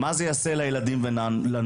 של מה זה יעשה לילדים ולנוער,